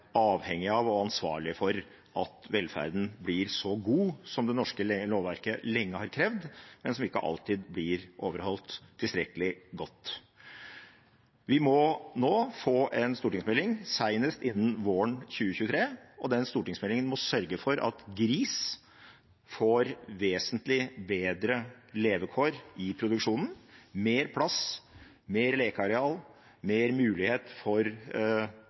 avhengig av og ansvarlig for at velferden blir så god som det norske lovverket lenge har krevd, men som ikke alltid blir overholdt tilstrekkelig godt. Vi må nå få en stortingsmelding, senest innen våren 2023, og den stortingsmeldingen må sørge for at gris får vesentlig bedre levekår i produksjonen, mer plass og mer lekeareal – mer mulighet for